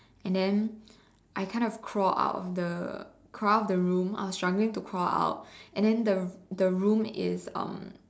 and then I kind of crawled out of the crawled out of the room I was struggling to crawl out and then the r~ the room is um